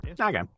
Okay